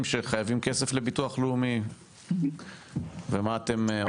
שחייבים כסף לביטוח לאומי ומה אתם עושים?